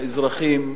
לאזרחים,